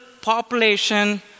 population